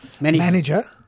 manager